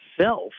self